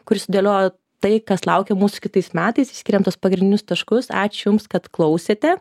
kuri sudėliojo tai kas laukia mūsų kitais metais išskyrėm tuos pagrindinius taškus ačiū jums kad klausėte